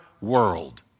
world